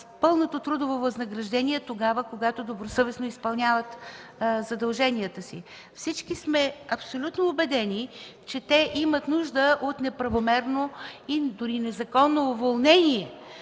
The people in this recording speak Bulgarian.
пълното трудово възнаграждение, когато добросъвестно изпълняват задълженията си. Всички сме абсолютно убедени, че те имат нужда от защита при неправомерно и незаконно уволнение.